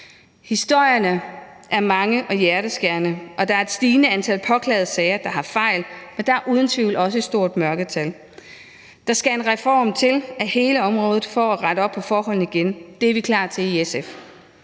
Historierne er mange og hjerteskærende, og der er et stigende antal påklagede sager, der har fejl, og der er uden tvivl også et stort mørketal. Der skal en reform af hele området til for at rette op på forholdene igen. Det er vi klar til i SF.